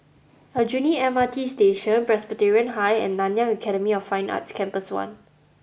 Aljunied M R T Station Presbyterian High and Nanyang Academy of Fine Arts Campus one